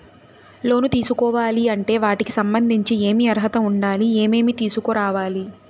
లోను తీసుకోవాలి అంటే వాటికి సంబంధించి ఏమి అర్హత ఉండాలి, ఏమేమి తీసుకురావాలి